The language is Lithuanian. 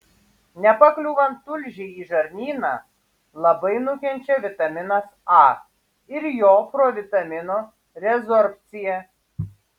nepakliūvant tulžiai į žarnyną labai nukenčia vitaminas a ir jo provitamino rezorbcija